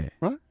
Right